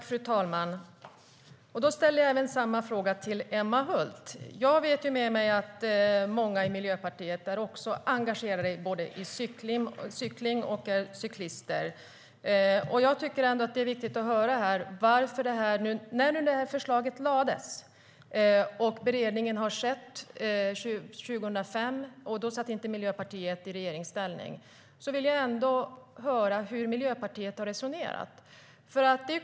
Fru talman! Jag kommer att ställa samma fråga till Emma Hult. Jag vet att många i Miljöpartiet också både är engagerade i cykling och är cyklister. När förslaget nu har lagts fram och beredning har skett - det var 2005, då Miljöpartiet inte satt i regeringsställning - tycker jag att det är viktigt att höra hur Miljöpartiet har resonerat.